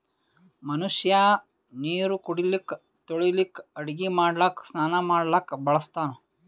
ಮನಷ್ಯಾ ನೀರು ಕುಡಿಲಿಕ್ಕ ತೊಳಿಲಿಕ್ಕ ಅಡಗಿ ಮಾಡ್ಲಕ್ಕ ಸ್ನಾನಾ ಮಾಡ್ಲಕ್ಕ ಬಳಸ್ತಾನ್